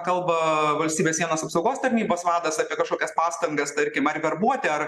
kalba valstybės sienos apsaugos tarnybos vadas apie kažkokias pastangas tarkim ar verbuoti ar